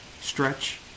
stretch